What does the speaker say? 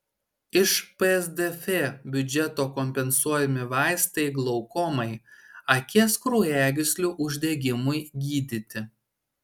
iš psdf biudžeto kompensuojami vaistai glaukomai akies kraujagyslių uždegimui gydyti